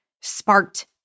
sparked